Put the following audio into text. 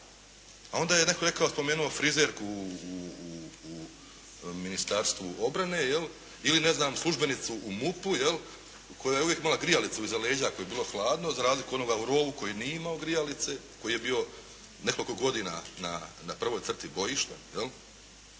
a onda je netko spomenuo frizerku u Ministarstvu obrane ili ne znam službenicu u MUP-u jel, koja je uvijek imala grijalicu iza leđa ako bi joj bilo hladno, za razliku od onoga u rovu koji nije imao grijalice, koji je bio nekoliko godina na prvoj crti bojišta. Pa